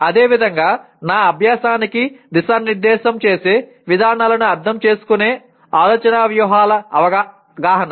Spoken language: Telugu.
అదేవిధంగా నా అభ్యాసానికి దిశానిర్దేశం చేసే విధానాలను అర్థం చేసుకునే ఆలోచనా వ్యూహాల అవగాహన